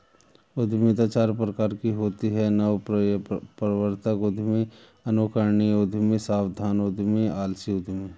उद्यमिता चार प्रकार की होती है नवप्रवर्तक उद्यमी, अनुकरणीय उद्यमी, सावधान उद्यमी, आलसी उद्यमी